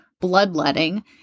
bloodletting